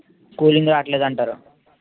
cooling రావట్లేదంటారు